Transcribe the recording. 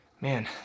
man